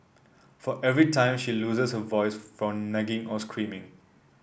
for every time she loses her voice from nagging or screaming